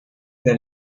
that